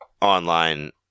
online